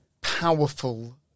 powerful